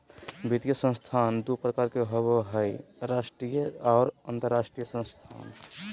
वित्तीय संस्थान दू प्रकार के होबय हय राष्ट्रीय आर अंतरराष्ट्रीय संस्थान